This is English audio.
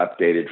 updated